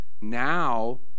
Now